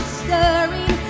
stirring